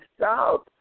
south